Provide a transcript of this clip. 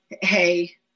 hey